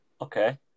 Okay